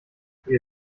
wir